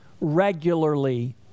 regularly